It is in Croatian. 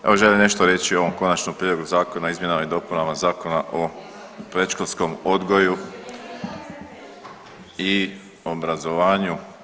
Evo, želim nešto reći o ovom Konačnom prijedlogu zakona o izmjenama i dopunama Zakona o predškolskom odgoju i obrazovanju.